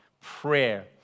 prayer